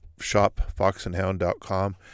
shopfoxandhound.com